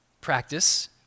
practice